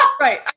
Right